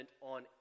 on